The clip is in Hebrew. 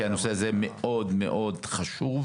כי הנושא הזה מאוד מאוד חשוב.